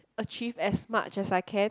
achieve as much as I can